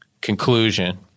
conclusion